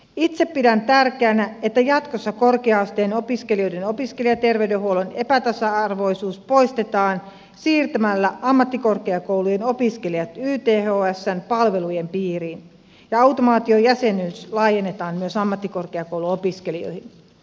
itse pidän tärkeänä että jatkossa korkea asteen opiskelijoiden opiskelijaterveydenhuollon epätasa arvoisuus poistetaan siirtämällä ammattikorkeakoulujen opiskelijat ythsn palvelujen piiriin ja automaatiojäsenyys laajennetaan myös ammattikorkeakouluopiskelijoihin